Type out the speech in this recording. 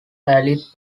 allied